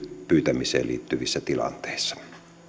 pyytämiseen liittyvissä tilanteissa